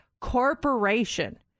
corporation